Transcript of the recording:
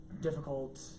difficult